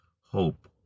hope